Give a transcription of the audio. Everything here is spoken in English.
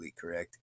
correct